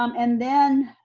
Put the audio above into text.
um and then,